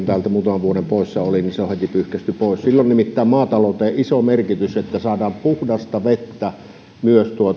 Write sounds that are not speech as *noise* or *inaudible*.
*unintelligible* täältä muutaman vuoden poissa olin niin se on heti pyyhkäisty pois sillä on nimittäin maatalouteen iso merkitys että saadaan puhdasta vettä myös